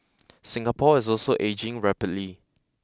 Singapore is also ageing rapidly